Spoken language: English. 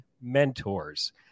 mentors